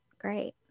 great